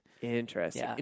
Interesting